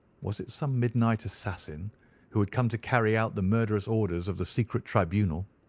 was it some midnight assassin who had come to carry out the murderous orders of the secret tribunal?